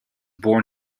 born